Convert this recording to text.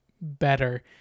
better